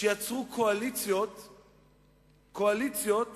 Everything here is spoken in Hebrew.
שיצרו קואליציות מראש,